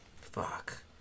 fuck